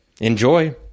Enjoy